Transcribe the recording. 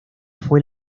fue